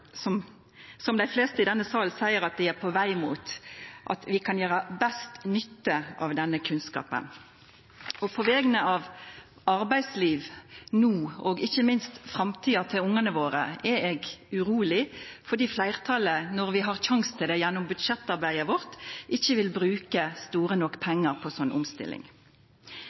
skiftet, som dei fleste i denne salen seier at dei er på veg mot, at vi kan gjera best nytte av denne kunnskapen. På vegner av arbeidslivet og ikkje minst framtida til ungane våre er eg uroleg fordi fleirtalet, når vi har sjanse til det gjennom budsjettarbeidet vårt, ikkje vil bruka store nok pengar på slik omstilling.